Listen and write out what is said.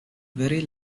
very